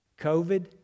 COVID